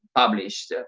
published.